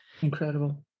Incredible